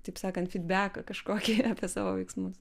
taip sakant fyt beką kažkokį apie savo veiksmus